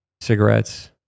Cigarettes